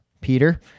Peter